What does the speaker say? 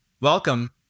Welcome